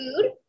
food